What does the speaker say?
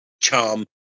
charm